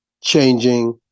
changing